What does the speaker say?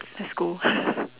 let's go